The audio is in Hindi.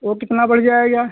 ओ कितना बढ़ जाएगा